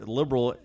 liberal